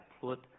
put